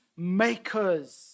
makers